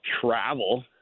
travel